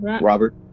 Robert